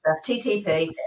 ttp